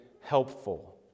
helpful